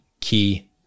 key